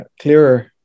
clearer